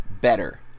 better